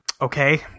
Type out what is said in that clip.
Okay